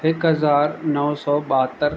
हिकु हज़ार नव सौ ॿाहतरि